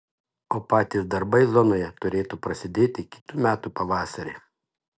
o patys darbai zonoje turėtų prasidėti kitų metų pavasarį